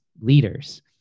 leaders